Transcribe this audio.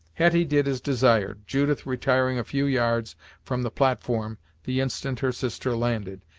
hetty did as desired, judith retiring a few yards from the platform the instant her sister landed,